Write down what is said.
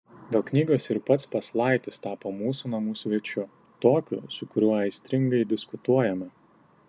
dėl knygos ir pats paslaitis tapo mūsų namų svečiu tokiu su kuriuo aistringai diskutuojame